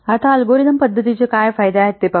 आता अल्गोरिदम पद्धतींचे काय फायदे आहेत ते पाहू